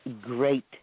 great